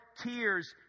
tears